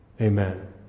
Amen